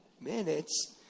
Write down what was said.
minutes